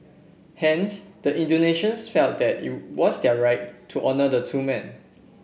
hence the Indonesians felt that it was their right to honour the two men